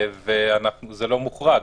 וזה לא מוחרג.